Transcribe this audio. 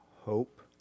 hope